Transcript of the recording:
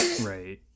Right